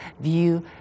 view